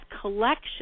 collection